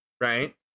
right